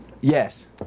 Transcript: Yes